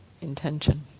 intention